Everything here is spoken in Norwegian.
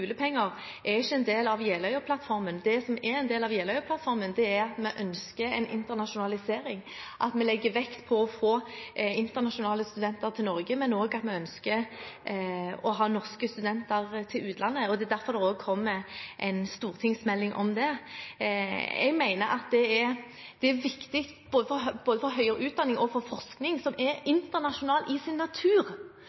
er at skolepenger er ikke en del av Jeløya-plattformen. Det som er en del av Jeløya-plattformen, er at vi ønsker en internasjonalisering, at vi legger vekt på å få internasjonale studenter til Norge, men også at vi ønsker å ha norske studenter til utlandet, og det er derfor det også kommer en stortingsmelding om det. Jeg mener at det er viktig både for høyere utdanning og for forskning, som er internasjonal i